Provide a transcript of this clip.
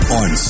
on